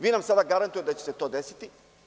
Vi nam sada garantujete da će se to desiti.